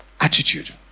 Attitude